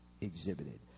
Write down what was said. exhibited